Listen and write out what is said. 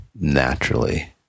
naturally